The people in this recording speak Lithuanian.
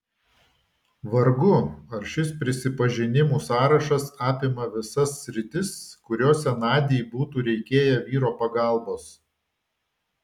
vargu ar šis prisipažinimų sąrašas apima visas sritis kuriose nadiai būtų reikėję vyro pagalbos